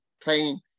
playing